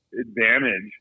advantage